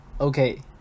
Okay